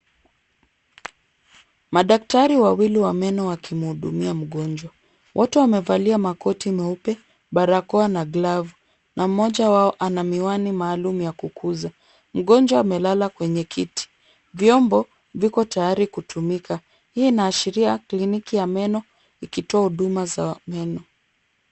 Madaktari wawili wa meno wakimhudumia mgonjwa. Wote wamevalia makoti meupe, barakoa na glavu na mmoja wao ana miwani maalum ya kukuza. Mgonjwa amelala kwenye kiti. Vyombo viko tayari kutumika. Hii inaashiria kliniki ya meno ikitoa huduma za meno.